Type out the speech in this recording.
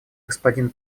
господин